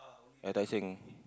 ya Tai Seng